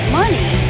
money